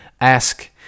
Ask